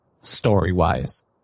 story-wise